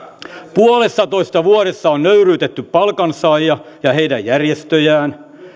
puolessatoista vuodessa on nöyryytetty palkansaajia ja heidän järjestöjään